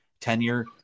tenure